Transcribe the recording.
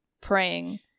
praying